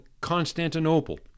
Constantinople